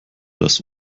das